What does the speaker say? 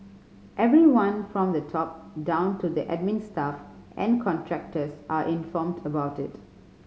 everyone from the top down to the admin staff and contractors are informed about it